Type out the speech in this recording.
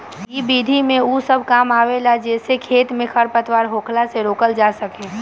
इ विधि में उ सब काम आवेला जेसे खेत में खरपतवार होखला से रोकल जा सके